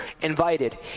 invited